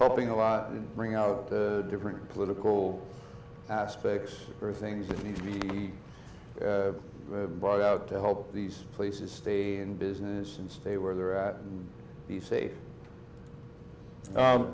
helping a lot in bring out the different political aspects or things that need to be bought out to help these places stay in business and stay where they're at and be safe